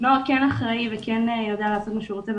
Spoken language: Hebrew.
--- נוער כן אחראי וכן יודע לעשות מה שהוא רוצה,